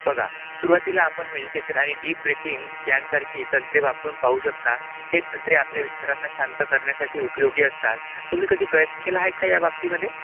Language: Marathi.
बघा सुरुवातीला आपण मेडिटेशन आणि डीप ब्रिथिंग यांसारखी तंत्रे वापरून पाहू शकता हे तंत्रे आपल्या विचारांना शांत करण्यासाठी उपयोगी असतात तुम्ही कधी प्रयत्न केला आहेत का या बाबतीमध्ये